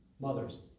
Mothers